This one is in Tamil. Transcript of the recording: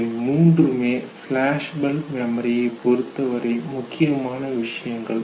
இவை மூன்றுமே ஃபிளாஷ்பல்ப் மெமரியை பொறுத்த வரை முக்கியமான விஷயங்கள்